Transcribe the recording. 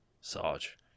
Sarge